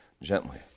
gently